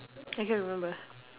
can get remember